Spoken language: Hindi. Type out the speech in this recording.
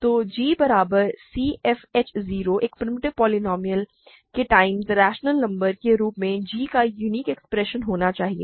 तो g बराबर c f h 0 एक प्रिमिटिव पोलीनोमिअल के टाइम्स रैशनल नंबर के रूप में g का यूनिक एक्सप्रेशन होना चाहिए